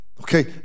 Okay